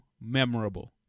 memorable